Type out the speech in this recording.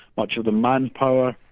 much of the manpower,